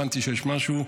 הבנתי שיש משהו.